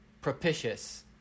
Propitious